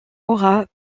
aura